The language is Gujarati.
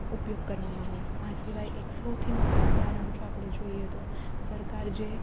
ઉપયોગ કરવામાં આવે આ સિવાય એક સૌથી મોટો ઉદાહરણ જો આપણે જોઈએ તો સરકાર જે